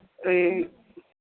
ఈ